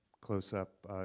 close-up